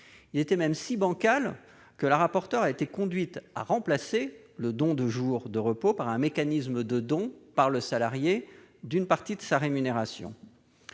Il était même si bancal qu'elle a été conduite à remplacer le don de jours de repos par un mécanisme de don, par le salarié, d'une partie de sa rémunération.